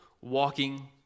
walking